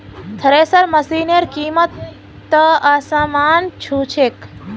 thresher मशिनेर कीमत त आसमान छू छेक